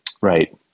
Right